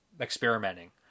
experimenting